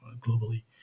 globally